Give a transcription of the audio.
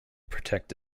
protect